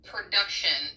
production